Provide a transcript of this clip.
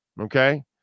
Okay